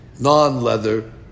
non-leather